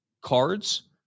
Cards